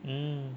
mm